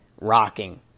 rocking